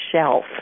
shelf